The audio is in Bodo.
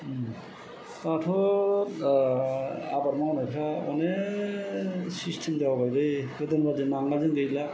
दाथ' आबाद मावनायफोरा अनेख सिस्तेम जाबायलै गोदोनि बादि नांगोलजों गैला